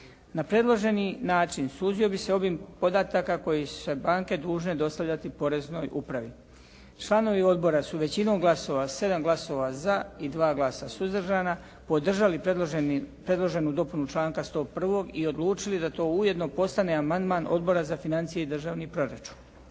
Na predloženi način suzio bi se obim podataka koji su banke dužne dostavljati poreznoj upravi. Članovi odbora su većinom glasova; 7 glasova za i 2 glasa suzdržana podržali predloženi, predloženu dopunu članka 101. i odlučili da to ujedno postane amandman Odbora za financije i državni proračun.